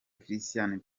christian